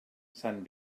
sant